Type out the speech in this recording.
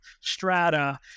strata